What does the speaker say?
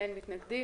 אין מתנגדים.